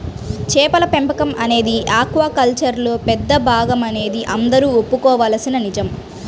చేపల పెంపకం అనేది ఆక్వాకల్చర్లో పెద్ద భాగమనేది అందరూ ఒప్పుకోవలసిన నిజం